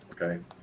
Okay